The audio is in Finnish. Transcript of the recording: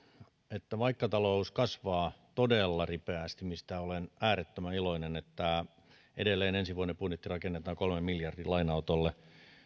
että vaikka talous kasvaa todella ripeästi mistä olen äärettömän iloinen edelleen ensi vuoden budjetti rakennetaan kolmen miljardin lainanotolle